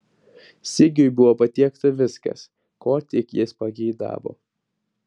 sigiui buvo patiekta viskas ko tik jis pageidavo